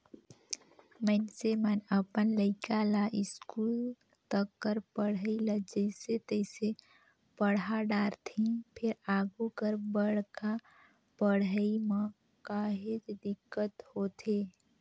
मइनसे मन अपन लइका ल इस्कूल तक कर पढ़ई ल जइसे तइसे पड़हा डारथे फेर आघु कर बड़का पड़हई म काहेच दिक्कत होथे